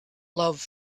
love